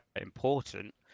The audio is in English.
important